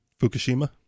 Fukushima